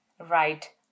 right